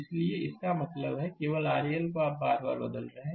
इसलिए इसका मतलब है केवल RL आप बार बार बदल रहे हैं